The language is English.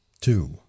two